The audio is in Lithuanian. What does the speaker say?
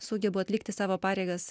sugebu atlikti savo pareigas